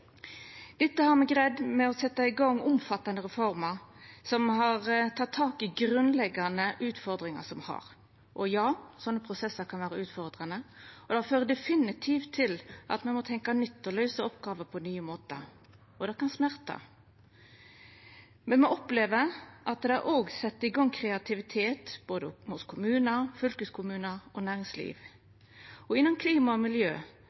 Dette har me greidd gjennom å setja i gang omfattande reformer som har teke tak i dei grunnleggjande utfordringane som me har. Og ja, sånne prosessar kan vera utfordrande, og dei fører definitivt til at me må tenkja nytt og løysa oppgåver på nye måtar. Og det kan smerta. Men me opplever at det også set i gang kreativitet både hos kommunar, fylkeskommunar og næringsliv. Innan klima og miljø